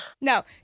No